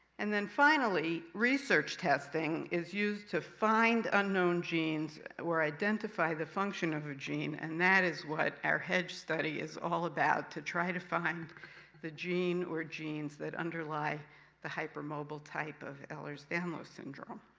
and then finally, research testing is used to find unknown genes or identify the function of a gene, and that is what our hedge study is all about. to try to find the gene, or genes, that underlie the hypermobile type of ehlers-danlos syndrome.